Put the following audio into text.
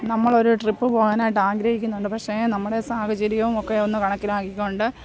നമ്മളൊരു ട്രിപ്പ് പോകാനായിട്ട് ആഗ്രഹിക്കുന്നുണ്ട് പക്ഷേ നമ്മടെ സാഹചര്യവും ഒക്കെയൊന്ന് കണക്കിലാക്കിക്കൊണ്ട്